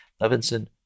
Levinson